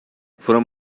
from